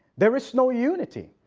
there is no unity.